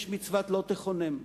יש מצוות לא תחונם,